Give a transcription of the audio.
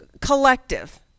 collective